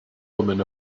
woman